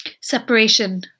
separation